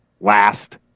last